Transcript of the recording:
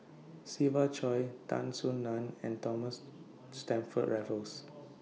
Siva Choy Tan Soo NAN and Thomas Stamford Raffles